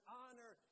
honor